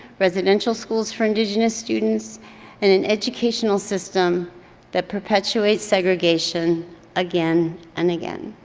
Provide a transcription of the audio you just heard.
residential schools for indigenous students and an educational system that perpetuates segregation again and again.